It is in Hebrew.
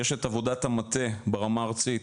יש את עבודת המטה ברמה ארצית,